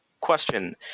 question